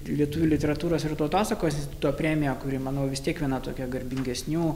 lietuvių literatūros ir tautosakos instituto premija kuri manau vis tiek viena tokia garbingesnių